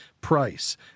price